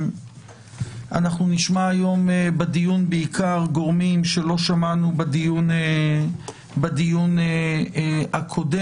אנחנו נשמע היום בדיון בעיקר גורמים שלא שמענו בדיון הקודם